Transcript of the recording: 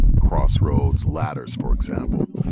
cross roads, ladders, for example,